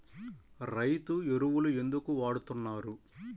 రైతు ఎరువులు ఎందుకు వాడుతున్నారు?